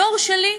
הדור שלי,